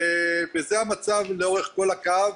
וזה המצב לאורך כל הקו,